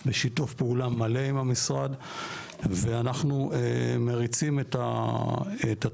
בשיתוף פעולה מלא עם המשרד ואנחנו מריצים את התוכניות,